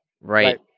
Right